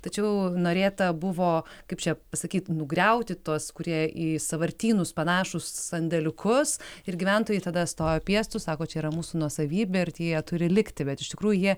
tačiau norėta buvo kaip čia pasakyt nugriauti tuos kurie į sąvartynus panašūs sandėliukus ir gyventojai tada stojo piestu sako čia yra mūsų nuosavybė ir tie turi likti bet iš tikrųjų